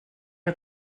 est